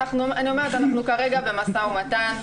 אנחנו כרגע במשא ומתן,